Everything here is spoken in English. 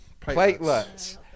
Platelets